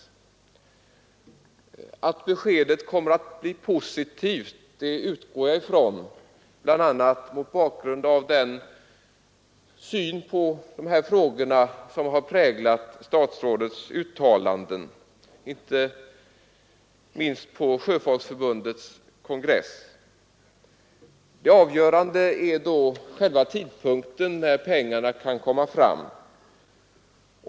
Jag utgår från att det beskedet kommer att bli positivt, bl.a. mot bakgrund av den syn på dessa frågor som har präglat statsrådets uttalanden, inte minst på Sjöfolksförbundets kongress. Det avgörande är då tidpunkten för när pengarna kan anslås.